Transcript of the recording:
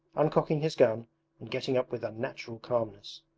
uncocking his gun and getting up with unnatural calmness.